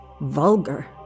vulgar